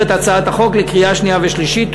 את הצעת החוק בקריאה שנייה ושלישית.